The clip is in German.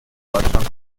deutschland